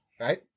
right